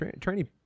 training